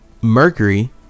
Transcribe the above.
Mercury